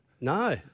No